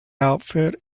outfit